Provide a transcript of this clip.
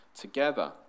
together